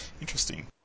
interesting